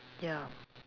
ya